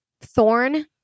thorn